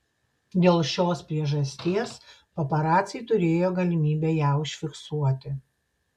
dėl šios priežasties paparaciai turėjo galimybę ją užfiksuoti